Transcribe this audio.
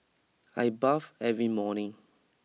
I bath every morning